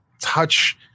touch